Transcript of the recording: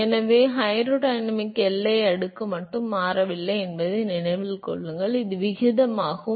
எனவே ஹைட்ரோடைனமிக் எல்லை அடுக்கு மட்டும் மாறவில்லை என்பதை நினைவில் கொள்ளவும் இது விகிதமாகும்